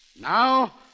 Now